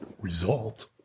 result